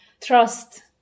Trust